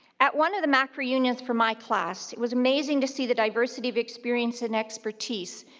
at one of the mac reunions for my class, it was amazing to see the diversity of experience and expertise,